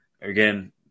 Again